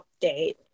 update